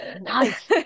nice